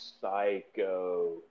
psycho